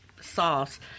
sauce